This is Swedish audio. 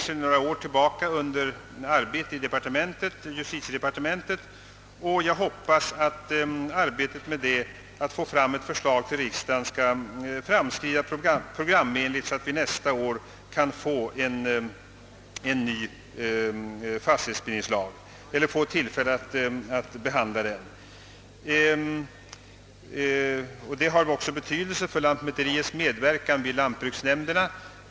Sedan några år tillbaka arbetar justitiedepartementet med ett förslag till ny fastighetsbildningslag, och jag hoppas verkligen att arbetet där skall fortskrida programenligt så att riksdagen nästa år får tillfälle att behandla detta förslag. Det kan också få betydelse för lantmäteriets medverkan i lantbruksnämnden.